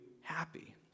happy